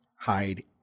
hide